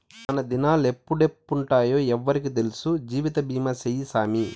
మనదినాలెప్పుడెప్పుంటామో ఎవ్వురికి తెల్సు, జీవితబీమా సేయ్యి సామీ